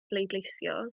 bleidleisio